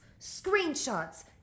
screenshots